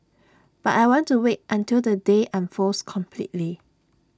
but I want to wait until the day unfolds completely